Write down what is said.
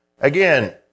Again